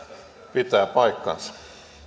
pitää paikkansa